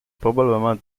probablement